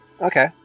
Okay